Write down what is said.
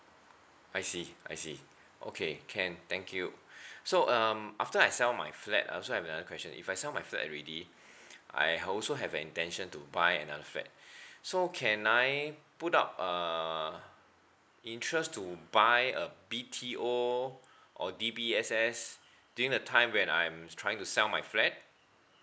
I see I see okay can thank you so um after I sell my flat I also have another question if I sell my flat already I also have intention to buy another flat so can I put up uh interest to buy a B_T_O or D_B_S_S during the time when I'm trying to sell my flat